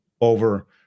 over